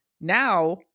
now